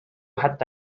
حتى